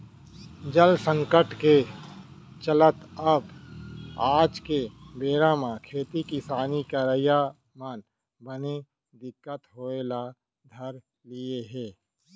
जल संकट के चलत अब आज के बेरा म खेती किसानी करई म बने दिक्कत होय ल धर लिये हे